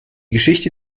geschichte